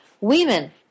women